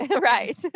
Right